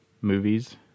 movies